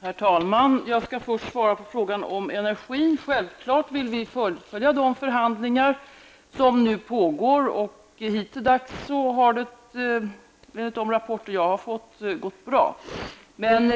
Herr talman! Jag skall först svara på frågan om energin. Folkpartiet vill självfallet fullfölja de förhandlingar som nu pågår. De har hittilldags, enligt de rapporter jag har fått, gått bra. Men